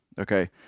Okay